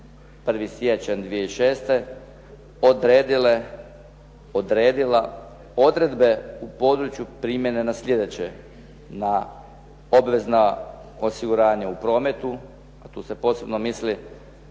1. siječanj 2006. odredila odredbe u području primjene na sljedeće, na obvezna osiguranja u prometu a tu se posebno misli